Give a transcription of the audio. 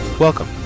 Welcome